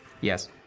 Yes